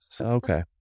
Okay